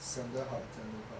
讲得好讲得好